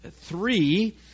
three